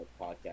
podcast